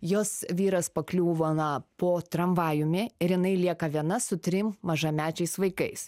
jos vyras pakliūva na po tramvajumi ir jinai lieka viena su trim mažamečiais vaikais